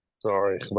Sorry